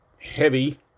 heavy